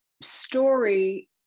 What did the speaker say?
story